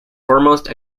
foremost